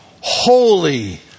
Holy